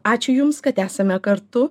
ačiū jums kad esame kartu